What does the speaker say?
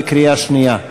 בקריאה שנייה.